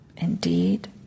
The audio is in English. Indeed